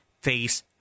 face